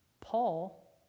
Paul